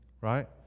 Right